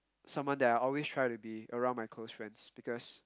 someone that I'll always try to be around my close friends because